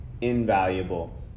invaluable